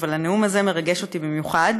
אבל הנאום הזה מרגש אותי במיוחד.